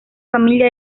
familia